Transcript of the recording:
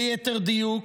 ליתר דיוק,